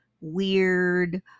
weird